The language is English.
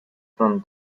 from